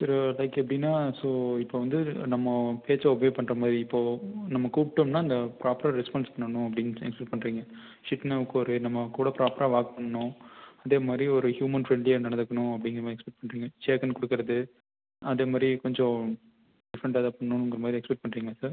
சரி oh like எப்படின்னா so இப்போ வந்து நம்ம பேச்சை ஒபே பண்ணுறமாரி இப்போ நம்ம கூப்பிட்டோம்னா இந்த ப்ராப்பராக ரெஸ்பான்ஸ் பண்ணனும் அப்படின் எக்ஸ்பெக்ட் பண்ணுறீங்க ஷிட் நமக்கொரு நம்ம கூட ப்ராப்பராக ஒர்க் பண்ணும் அதேமாதிரி ஒரு ஹியூமன் ஃப்ரெண்ட்லியாக நடந்துக்கணும் அப்படிங்கிறமாரி எக்ஸ்பெக்ட் பண்ணுறீங்க ஷேக்கன் கொடுக்கறது அதேமாதிரி கொஞ்சம் டிஃப்ரெண்ட்டாக எதா பண்ணுங்கிற மாதிரி எக்ஸ்பெக்ட் பண்ணுறீங்களா சார்